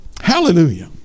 Hallelujah